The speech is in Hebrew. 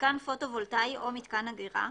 מיתקן פוטו וולטאי או מיתקן אגירה,